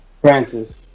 Francis